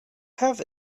have